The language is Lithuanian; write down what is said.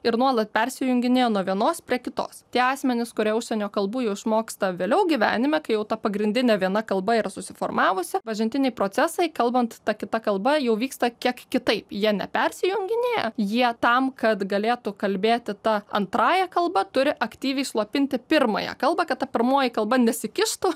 ir nuolat persijunginėja nuo vienos prie kitos tie asmenys kurie užsienio kalbų jau išmoksta vėliau gyvenime kai jau ta pagrindinė viena kalba yra susiformavusi pažintiniai procesai kalbant ta kita kalba jau vyksta kiek kitaip jie ne persijunginėja jie tam kad galėtų kalbėti ta antrąja kalba turi aktyviai slopinti pirmąją kalbą kad ta pirmoji kalba nesikištų